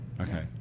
Okay